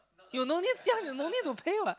you no need sia you no need to pay what